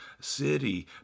city